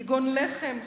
כגון לחם,